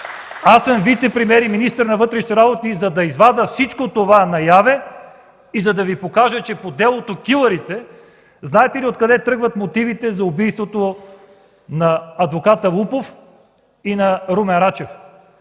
Аз съм вицепремиер и министър на вътрешните работи, за да извадя всичко това наяве и да Ви го покажа! По делото „Килърите” – знаете ли откъде тръгват мотивите за убийството на адвоката Лупов и на Румен Рачев?